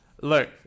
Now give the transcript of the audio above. Look